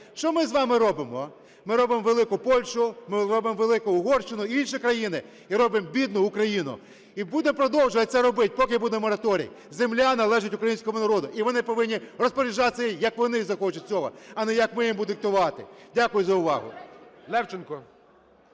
Що ми з вами робимо? Ми робимо велику Польщу, ми робимо велику Угорщину і інші країни - і робимо бідну Україну. І будемо продовжувати це робить, поки буде мораторій. Земля належить українському народу, і вони повинні розпоряджатись, як вони захочуть цього, а не як ми їм будемо диктувати. Дякую за увагу.